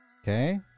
okay